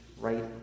right